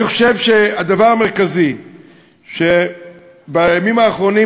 אני חושב שהדבר המרכזי שבימים האחרונים